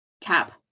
tap